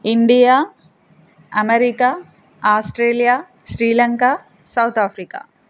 India America Australia Sri Lanka South Africa